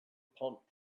pumped